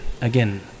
again